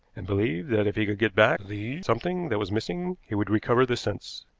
and believed that if he could get back the something that was missing he would recover this sense.